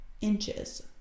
inches